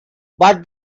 but